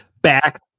back